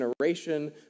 generation